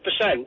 100%